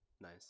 Nice